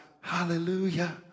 hallelujah